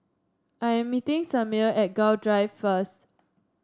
I am meeting Samir at Gul Drive first